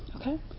Okay